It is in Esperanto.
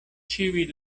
ĉiuj